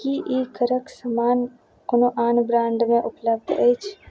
की ई कड़क सामान कोनो आन ब्राण्डमे उपलब्ध अछि